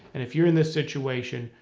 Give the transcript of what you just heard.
and if you're in this situation,